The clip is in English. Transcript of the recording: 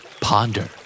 Ponder